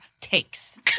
Takes